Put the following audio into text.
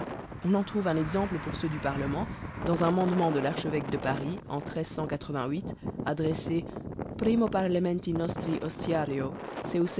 on en trouve un exemple pour ceux du parlement dans un mandement de l'archevêque de paris en adressé